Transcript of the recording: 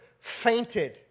fainted